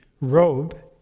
robe